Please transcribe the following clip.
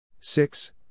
six